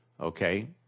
okay